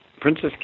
Princess